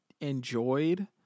enjoyed